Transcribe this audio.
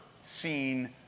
seen